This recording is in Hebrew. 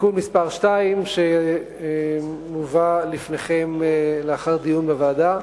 (תיקון מס' 2), שמובאת לפניכם לאחר דיון בוועדה.